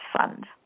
Fund